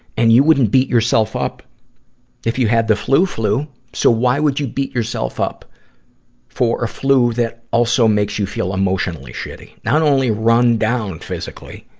and you wouldn't beat yourself up if you had the flu flu. so why would you beat yourself up for a flu that also makes you feel emotionally shitty? not only run down physically,